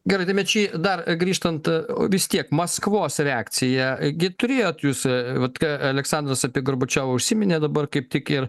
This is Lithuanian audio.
gerai tai mečy dar grįžtant vis tiek maskvos reakcija gi turėjot jūs vat ką aleksandras apie gorbačiovą užsiminė dabar kaip tik ir